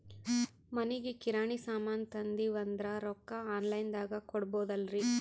ಮನಿಗಿ ಕಿರಾಣಿ ಸಾಮಾನ ತಂದಿವಂದ್ರ ರೊಕ್ಕ ಆನ್ ಲೈನ್ ದಾಗ ಕೊಡ್ಬೋದಲ್ರಿ?